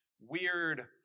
weird